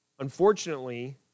Unfortunately